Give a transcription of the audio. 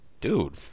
dude